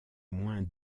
moins